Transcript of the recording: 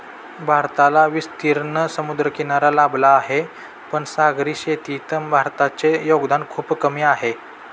भारताला विस्तीर्ण समुद्रकिनारा लाभला आहे, पण सागरी शेतीत भारताचे योगदान खूप कमी आहे